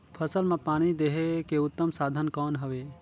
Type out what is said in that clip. फसल मां पानी देहे के उत्तम साधन कौन हवे?